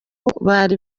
bari